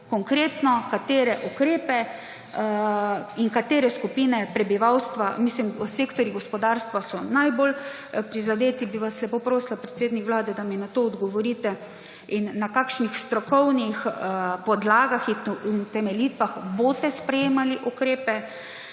konkretno katere ukrepe in kateri sektorji gospodarstva so najbolj prizadeti, bi vas lepo prosila, predsednik Vlade, da mi na to odgovorite. In na kakšnih strokovnih podlagah in utemeljitvah boste sprejemali ukrepe?